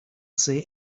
say